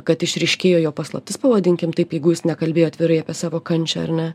kad išryškėjo jo paslaptis pavadinkim taip jeigu jis nekalbėjo atvirai apie savo kančią ar ne